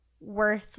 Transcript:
worth